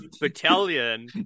battalion